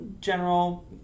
general